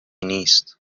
نیست